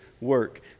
work